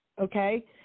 okay